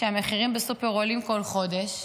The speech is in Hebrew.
שהמחירים בסופר עולים כל חודש,